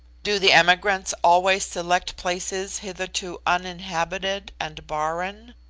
do the emigrants always select places hitherto uninhabited and barren?